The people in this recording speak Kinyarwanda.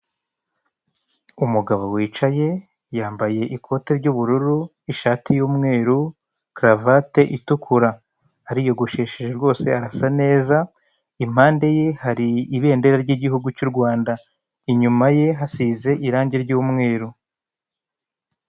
Umugabo wicaye yambaye ikote ry'ubururu, ishati y'umweru, karavate itukura. Ariyogosheshe rwose arasa neza, impande ye hari ibendera ry'igihugu cy' Urwanda. Inyuma ye hasize irangi ry'umweru.